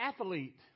athlete